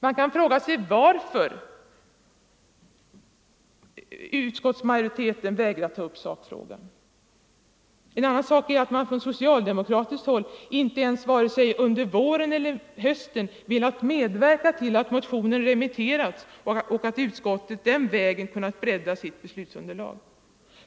Man kan fråga sig varför utskottsmajoriteten vägrar ta upp sakfrågan. En annan sak är att socialdemokraterna inte ens, vare sig under våren eller hösten, velat medverka till att motionen remitteras så att utskottet den vägen kunnat bredda sitt beslutsunderlag.